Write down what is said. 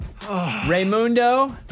Raymundo